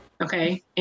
okay